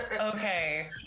Okay